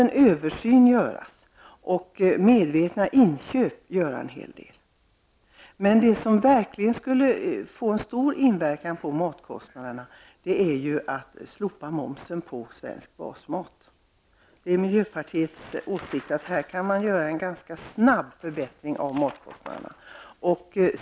Medvetna inköp kan också bidra till att sänka matkostnaderna. Vad som verkligen skulle få stor inverkan på matkostnaderna vore ett slopande av momsen på svensk basmat. Enligt miljöpartiets åsikt kan matkostnaderna därmed sänkas ganska snabbt.